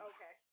Okay